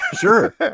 Sure